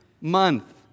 month